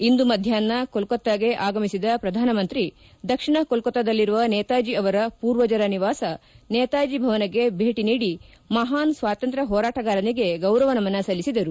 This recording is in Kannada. ಇಂದು ಮಧ್ಯಾಹ್ನ ಕೊಲ್ಲತ್ತಾಗೆ ಆಗಮಿಸಿದ ಪ್ರಧಾನಮಂತ್ರಿ ದಕ್ಷಿಣ ಕೊಲ್ಲತ್ತಾದಲ್ಲಿರುವ ನೇತಾಜಿ ಅವರ ಪೂರ್ವಜರ ನಿವಾಸ ನೇತಾಜಿ ಭವನಗೆ ಭೇಟಿ ನೀಡಿ ಮಹಾನ್ ಸ್ವಾತಂತ್ರ್ಯ ಹೋರಾಟಗಾರಗೆ ಗೌರವ ನಮನ ಸಲ್ಲಿಸಿದರು